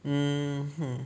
mm hmm